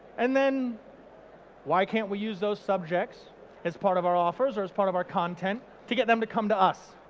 and then why can't we use those subjects as part of our offers or as part of our content to get them to come to us?